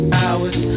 hours